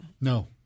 No